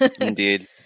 Indeed